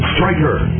Striker